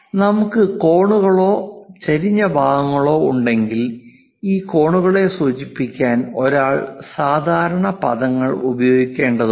നമുക്ക് കോണുകളോ ചെരിഞ്ഞ ഭാഗങ്ങളോ ഉണ്ടെങ്കിൽ ഈ കോണുകളെ സൂചിപ്പിക്കാൻ ഒരാൾ സാധാരണ പദങ്ങൾ ഉപയോഗിക്കേണ്ടതുണ്ട്